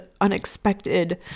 unexpected